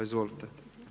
Izvolite.